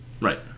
Right